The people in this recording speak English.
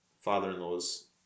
father-in-law's